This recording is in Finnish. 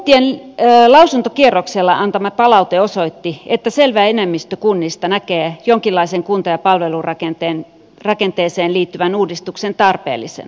jo kuntien lausuntokierroksella antama palaute osoitti että selvä enemmistö kunnista näkee jonkinlaisen kunta ja palvelurakenteeseen liittyvän uudistuksen tarpeellisena